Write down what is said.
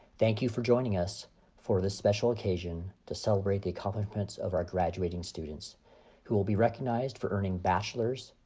thank you for joining us for this special occasion to celebrate the accomplishments of our graduating students who will be recognized for earning bachelor's,